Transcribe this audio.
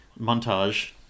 montage